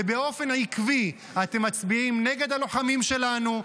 ובאופן עקבי אתם מצביעים נגד הלוחמים שלנו,